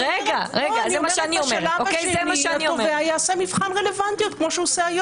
אני אומרת שבשלב השני התובע יעשה מבחן רלוונטיות כמו שהוא עושה היום.